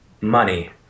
money